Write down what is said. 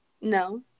No